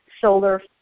solar